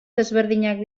desberdinak